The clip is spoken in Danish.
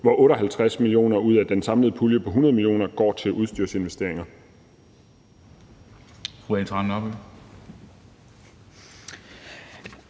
hvor 58 mio. kr. ud af den samlede pulje på 100 mio. kr. går til udstyrsinvesteringer.